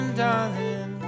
darling